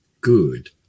good